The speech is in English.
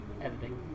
Editing